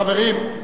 חברים,